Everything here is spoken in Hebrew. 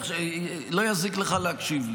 לא יזיק לך להקשיב לי.